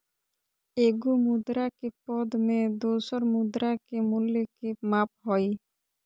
एगो मुद्रा के पद में दोसर मुद्रा के मूल्य के माप हइ